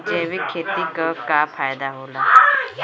जैविक खेती क का फायदा होला?